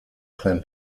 clan